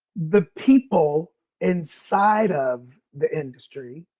the people inside of the industry